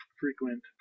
frequent